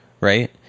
right